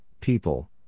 people